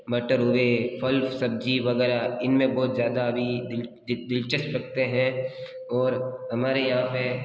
मटर हुए फल सब्जी वगैरह इनमें बहुत ज़्यादा अभी दिलचस्प रखते हैं और हमारे यहाँ पे